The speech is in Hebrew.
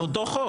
זה אותו חוק.